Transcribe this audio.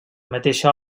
mateixa